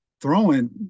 throwing